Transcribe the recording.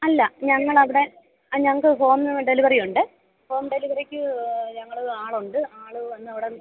അല്ല ഞങ്ങൾ അവിടെ ആ ഞങ്ങൾക്ക് ഹോമ് ഡെലിവെറി ഉണ്ട് ഹോം ഡെലിവറിക്ക് ഞങ്ങൾ ആളുണ്ട് ആൾ വന്നു അവിടെ